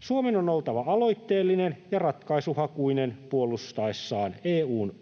Suomen on oltava aloitteellinen ja ratkaisuhakuinen puolustaessaan EU:n